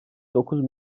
dokuz